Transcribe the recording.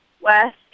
west